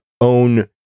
own